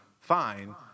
fine